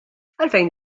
għalfejn